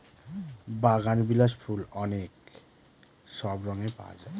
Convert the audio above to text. বাগানবিলাস ফুল অনেক সব রঙে পাওয়া যায়